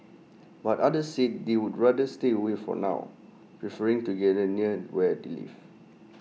but others said they would rather stay away for now preferring to gather near where they live